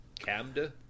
Camda